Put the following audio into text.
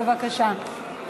בבקשה.